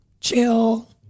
chill